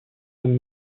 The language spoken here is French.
homme